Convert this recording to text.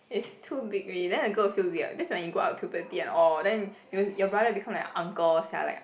it's too big already then the girl will feel weird because when you grow up puberty and all then you your brother become like uncle sia like